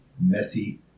Messy